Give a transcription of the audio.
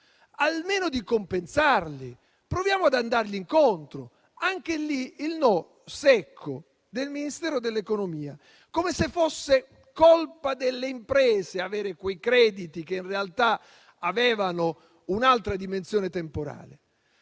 almeno di compensarli. Proviamo ad andare loro incontro. Anche lì, il no secco del Ministero dell'economia, come se fosse colpa delle imprese avere quei crediti che in realtà avevano un'altra dimensione temporale.